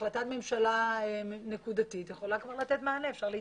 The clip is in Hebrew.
החלטת ממשלה נקודתית יכולה כבר לתת מענה ואפשר להתקדם.